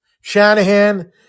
Shanahan